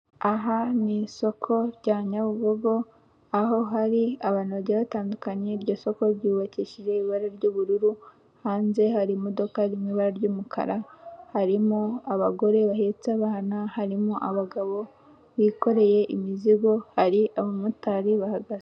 Aha ni isoko rya Nyabugogo aho hari abantu bajya batandu, iryo soko ryubakishije ibara ry'ubururu hanze hari imodoka iri mu ibara ry'umukara, harimo abagore bahetse abana harimo abagabo bikoreye imizigo hari abamotari bahagaze.